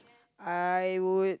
I would